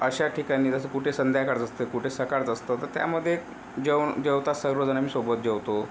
अशा ठिकाणी जसं कुठे संध्याकाळचं असते कुठे सकाळचं असतं तर त्यामध्ये जेव जेवतात सर्वजण आम्ही सोबत जेवतो